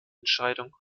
entscheidung